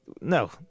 No